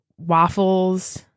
waffles